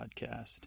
podcast